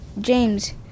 James